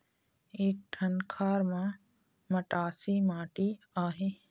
एक ठन खार म मटासी माटी आहे?